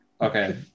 Okay